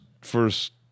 first